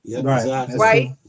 Right